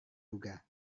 juga